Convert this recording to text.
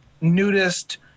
Nudist